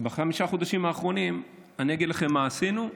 ובחמישה החודשים האחרונים אני אגיד לכם מה עשינו,